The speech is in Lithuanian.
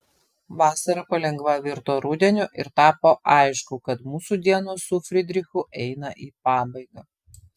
vasara palengva virto rudeniu ir tapo aišku kad mūsų dienos su fridrichu eina į pabaigą